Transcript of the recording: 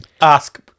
Ask